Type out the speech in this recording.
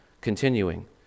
Continuing